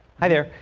i there.